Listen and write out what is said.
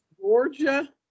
Georgia